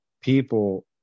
people